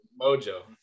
Mojo